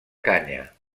canya